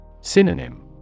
Synonym